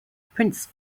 prince